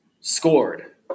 scored